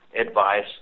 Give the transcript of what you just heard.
advice